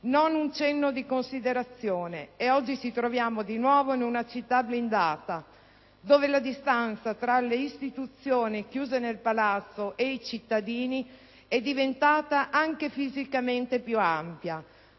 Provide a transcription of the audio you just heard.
non un cenno di considerazione. Ed oggi ci troviamo di nuovo in una città blindata, dove la distanza tra le istituzioni chiuse nel Palazzo e i cittadini è diventata anche fisicamente più ampia,